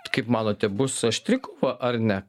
kaip manote bus aštri kova ar ne